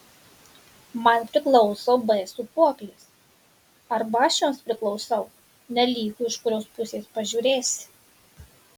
man priklauso b sūpuoklės arba aš joms priklausau nelygu iš kurios pusės pažiūrėsi